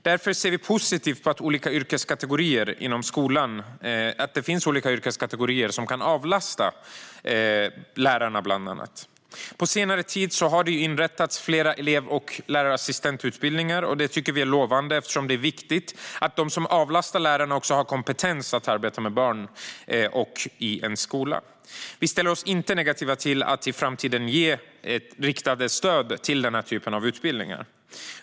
Därför ser vi positivt på att det finns olika yrkeskategorier inom skolan som kan avlasta bland annat lärarna. På senare tid har det inrättas flera elev och lärarassistentutbildningar, och detta tycker vi är lovande eftersom det är viktigt att de som avlastar lärarna också har kompetens att arbeta med barn och i en skola. Vi ställer oss inte negativa till att i framtiden ge riktat stöd till denna typ av utbildningar.